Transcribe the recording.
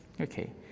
Okay